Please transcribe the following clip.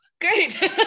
Great